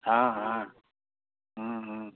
অ অ